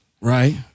Right